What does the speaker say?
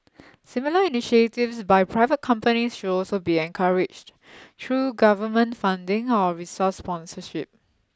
similar initiatives by private companies should also be encouraged through government funding or resource sponsorship